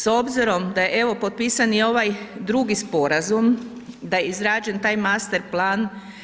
S obzirom da je, evo potpisani ovaj drugi sporazum, da je izrađen taj master plan.